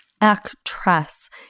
actress